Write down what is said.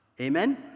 Amen